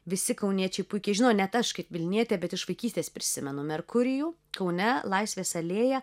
visi kauniečiai puikiai žino net aš kaip vilnietė bet iš vaikystės prisimenu merkurijų kaune laisvės alėja